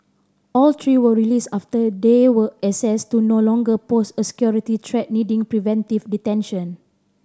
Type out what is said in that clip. all three were released after they were assessed to no longer pose a security threat needing preventive detention